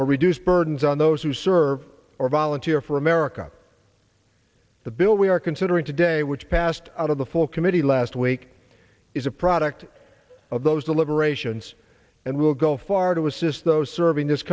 or reduce burdens on those who serve or volunteer for america the bill we are considering today which passed out of the full committee last week is a product of those deliberations and will go far to assist those serving this